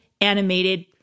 animated